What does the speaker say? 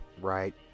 right